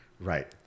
right